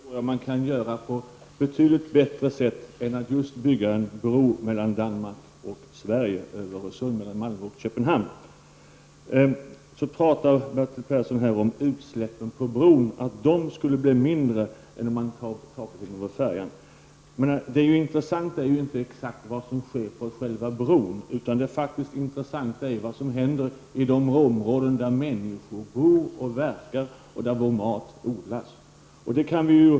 Herr talman! Man kan bygga broar mellan människor på ett betydligt bättre sätt än genom att bygga en bro mellan Danmark och Sverige, mellan Bertil Persson säger att utsläppen på bron skulle bli mindre än utsläppen från färjorna. Men det intressanta är ju inte vad som sker på själva bron, utan det är vad som händer i de områden där människor bor och verkar och där vår mat odlas.